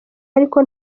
ariko